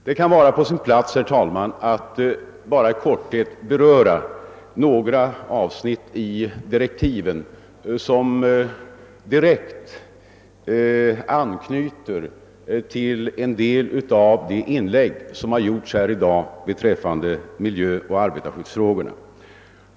Det kan vara på sin plats, herr talman, att i korthet beröra några avsnitt av direktiven som direkt anknyter till en del av de inlägg som gjorts här i dag beträffande miljöoch arbetarskyddsfrågor.